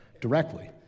directly